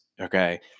Okay